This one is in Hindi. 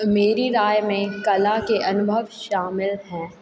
मेरी राय में कला के अनुभव शामिल है